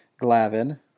Glavin